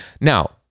Now